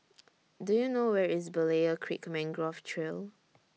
Do YOU know Where IS Berlayer Creek Mangrove Trail